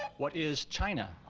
what is china.